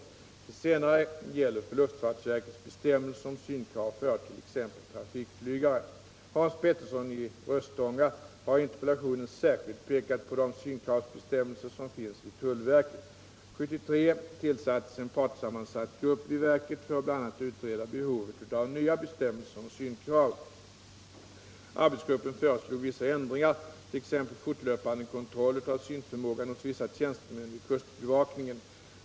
Det senare gäller luftfartsverkets bestämmelser om synkrav för t.ex. trafikflygare. Hans Petersson i Röstånga har i interpellationen särskilt pekat på de synkravsbestämmelser som finns vid tullverket. 1973 tillsattes en partssammansatt grupp vid verket för att bl.a. utreda behovet av nya bestämmelser om synkrav. Arbetsgruppen föreslog vissa ändringar, t.ex. fortlöpande kontroll av synförmågan hos vissa tjänstemän vid kustbevakningen.